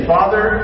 Father